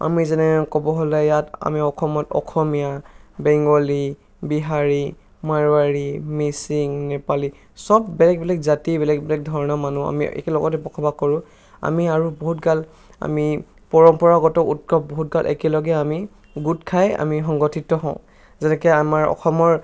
আমি যেনে ক'ব হ'লে ইয়াত আমি অসমত অসমীয়া বেংগলী বিহাৰী মাৰোৱাৰী মিচিং নেপালী চব বেলেগ বেলেগ জাতি বেলেগ বেলেগ ধৰণৰ মানুহ আমি একেলগতে বসবাস কৰোঁ আমি আৰু বহুতগাল আমি পৰম্পৰাগত উৎসৱ বহুতগাল আমি একেলগে আমি গোট খাই আমি সংগঠিত হওঁ যেনেকৈ আমাৰ অসমৰ